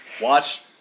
Watch